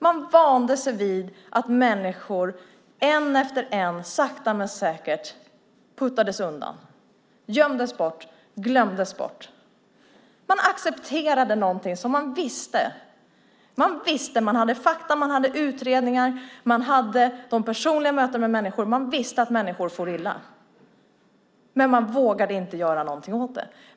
Man vande sig vid att människor en efter en, sakta men säkert puttades undan, gömdes och glömdes bort. Man accepterade någonting som man visste. Man hade utredningar, man hade personliga möten med människor och man visste att människor for illa, men man vågade inte göra någonting åt det.